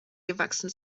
gewachsen